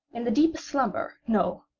in the deepest slumber no!